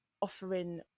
offering